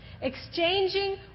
exchanging